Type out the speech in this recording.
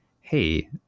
hey